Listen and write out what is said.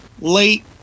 late